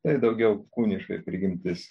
tai daugiau kūniškoji prigimtis